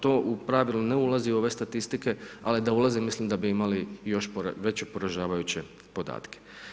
To u pravilu ne ulazi u ove statistike ali da ulazi mislim da bi imali još, veće poražavajuće podatke.